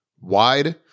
wide